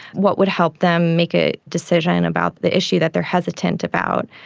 what would help them make a decision about the issue that they are hesitant about,